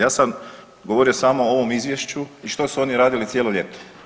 Ja sam govorio samo o ovom izvješću i što su oni radili cijelo ljeto.